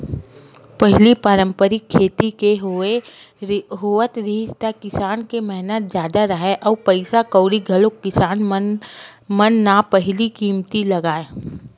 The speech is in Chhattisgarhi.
पहिली पारंपरिक खेती होवत रिहिस त किसान के मेहनत जादा राहय अउ पइसा कउड़ी घलोक किसान मन न पहिली कमती लगय